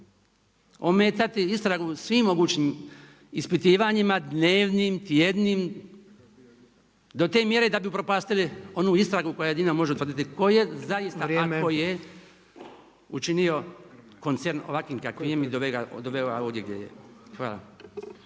Ometati istragu svim mogućim ispitivanjima, dnevnim, tjednim, do te mjere da bi upropastili onu istragu koja jedino može utvrditi tko je zaista, ako je, učinio koncern ovakvim kakav je i doveo ga ovdje gdje je. Hvala.